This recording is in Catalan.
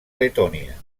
letònia